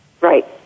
Right